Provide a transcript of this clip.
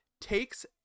takes